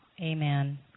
Amen